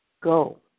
Go